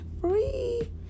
free